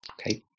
Okay